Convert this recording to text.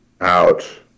out